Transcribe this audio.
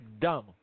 Dumb